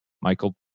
Michael